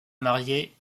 mariée